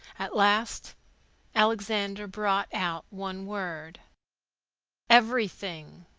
at last alexander brought out one word everything!